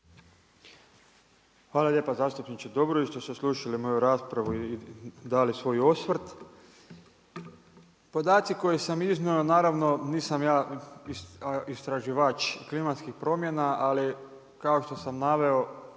Hvala lijepa zastupniče Dobrović što ste saslušali moju raspravu i dali svoj osvrt. Podaci koje sam iznio naravno, nisam ja istraživač klimatskih promjena, ali kao što sam naveo